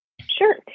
Sure